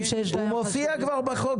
--- השיקול הכלכלי מופיע כבר בחוק.